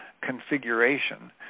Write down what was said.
configuration